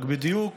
רק בדיוק